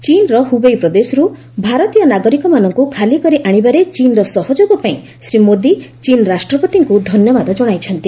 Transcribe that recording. ଚୀନର ହୁବେଇ ପ୍ରଦେଶରୁ ଭାରତୀୟ ନାଗରିକମାନଙ୍କୁ ଖାଲିକରି ଆଣିବାରେ ଚୀନର ସହଯୋଗ ପାଇଁ ଶ୍ରୀ ମୋଦି ଚୀନ୍ ରାଷ୍ଟପତିଙ୍କୁ ଧନ୍ୟବାଦ ଜଣାଇଛନ୍ତି